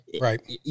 right